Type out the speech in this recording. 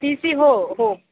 T C हो हो